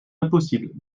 impossible